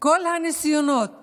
כל הניסיונות